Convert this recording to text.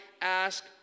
ask